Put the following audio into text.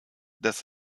das